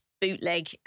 bootleg